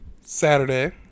Saturday